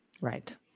right